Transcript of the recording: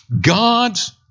God's